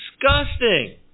disgusting